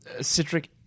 citric